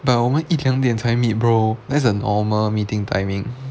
but 我们一两点才 meet bro there's our normal meeting timing